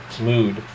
mood